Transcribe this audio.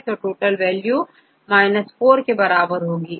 तो total value 4 के बराबर है